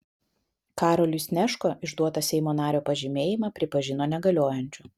karoliui snežko išduotą seimo nario pažymėjimą pripažino negaliojančiu